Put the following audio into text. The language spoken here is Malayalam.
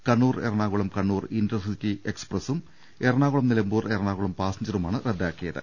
കണ്ണൂർ എറണാകുളം കണ്ണൂർ ഇന്റർസിറ്റി എക്സ്പ്രസ്സും എറണാകുളം നിലമ്പൂർ എറണാകുളം പാസഞ്ചറുമാണ് റദ്ദാ ക്കിയത്